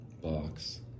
box